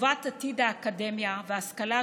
לטובת עתיד האקדמיה וההשכלה הגבוהה: